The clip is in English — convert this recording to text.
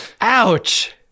Ouch